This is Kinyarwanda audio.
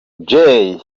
jay